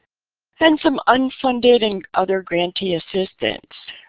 and some unfunded and other grantee assistance.